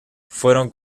fueron